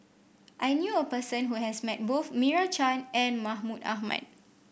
I knew a person who has met both Meira Chand and Mahmud Ahmad